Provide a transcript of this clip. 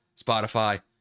Spotify